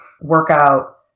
workout